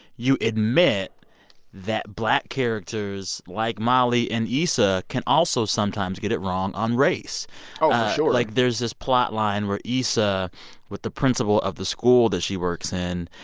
you admit that black characters, like molly and issa, can also sometimes get it wrong on race oh, for sure like, there's this plotline where issa with the principal of the school that she works in,